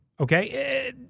Okay